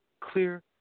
Clear